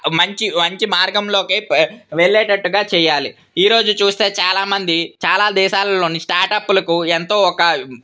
మంచి మంచి మార్గంలోకి వెళ్ళేటట్టుగా చేయాలి ఈరోజు చూస్తే చాలామంది చాలా దేశాలలో స్టార్ట్అప్లకు ఎంతో ఒక